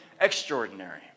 extraordinary